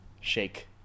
shake